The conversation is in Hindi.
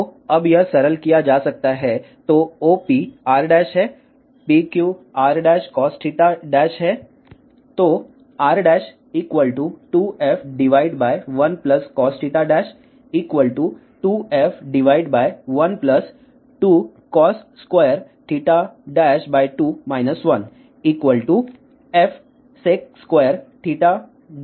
तो यह अब सरल किया जा सकता तो OP r' है PQ r' cos θ' तो r2f1cosθ2f12cos22 1fsec22